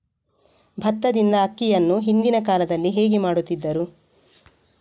ಭತ್ತದಿಂದ ಅಕ್ಕಿಯನ್ನು ಹಿಂದಿನ ಕಾಲದಲ್ಲಿ ಹೇಗೆ ಮಾಡುತಿದ್ದರು?